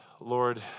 Lord